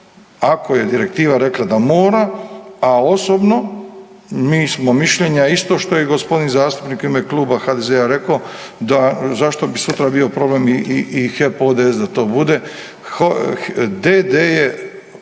Ako je direktiva rekla da mora, a osobno mi smo mišljenja isto što je i gospodin zastupnik u ime Kluba HDZ-a rekao da zašto bi sutra bio problem i HEP d.o.o. da to bude. D.d.